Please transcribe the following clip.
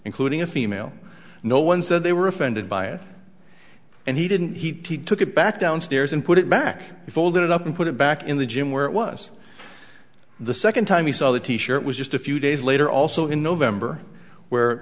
including a female no one said they were offended by it and he didn't he took it back downstairs and put it back folded it up and put it back in the gym where it was the second time he saw the t shirt was just a few days later also in november where